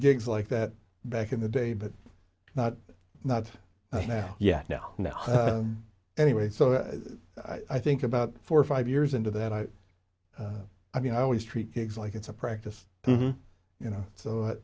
gigs like that back in the day but not not now yet now now anyway so i think about four or five years into that i i mean i always treat gigs like it's a practice you know so